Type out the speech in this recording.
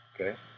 okay